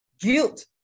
guilt